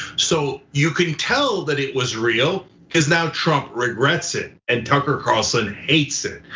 so you can tell that it was real because now trump regrets it, and tucker carlson hates it.